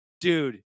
Dude